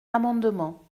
amendement